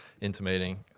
intimating